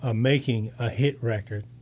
um making a hit record